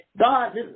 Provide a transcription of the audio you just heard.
God